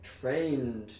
trained